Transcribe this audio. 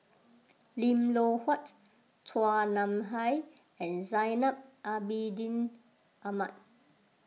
Lim Loh Huat Chua Nam Hai and Zainal Abidin Ahmad